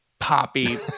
Poppy